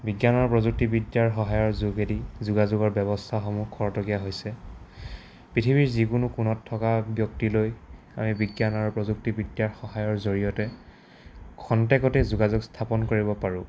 বিজ্ঞান আৰু প্ৰযুক্তিবিদ্যাৰ সহায়ৰ যোগেদি যোগাযোগৰ ব্যৱস্থাসমূহ খৰতকীয়া হৈছে পৃথিৱীৰ যিকোনো কোণত থকা ব্যক্তিলৈ আমি বিজ্ঞান আৰু প্ৰযুক্তিবিদ্যাৰ সহায়ৰ জৰিয়তে খন্তেকতে যোগাযোগ স্থাপন কৰিব পাৰোঁ